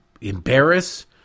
embarrass